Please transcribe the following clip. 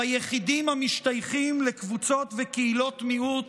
ביחידים המשתייכים לקבוצות וקהילות מיעוט